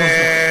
שלוש דקות.